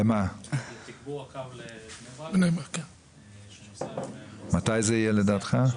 מתי זה יהיה לדעתך?